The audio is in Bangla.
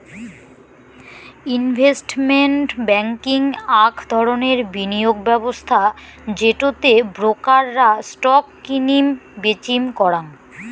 ইনভেস্টমেন্ট ব্যাংকিং আক ধরণের বিনিয়োগ ব্যবস্থা যেটো তে ব্রোকার রা স্টক কিনিম বেচিম করাং